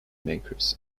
makers